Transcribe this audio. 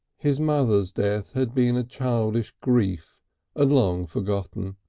his mother's death had been a childish grief and long forgotten,